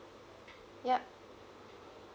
yup